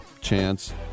chance